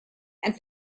and